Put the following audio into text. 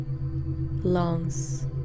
lungs